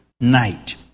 night